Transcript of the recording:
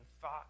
thought